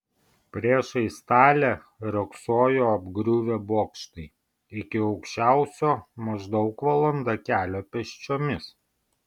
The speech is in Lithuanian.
priešais talę riogsojo apgriuvę bokštai iki aukščiausio maždaug valanda kelio pėsčiomis